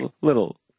little